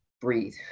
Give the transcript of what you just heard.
breathe